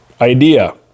idea